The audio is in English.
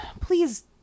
please